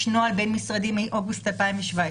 יש נוהל בין משרדי מאוגוסט 2017,